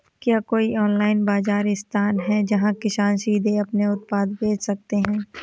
क्या कोई ऑनलाइन बाज़ार स्थान है जहाँ किसान सीधे अपने उत्पाद बेच सकते हैं?